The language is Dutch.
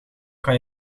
kan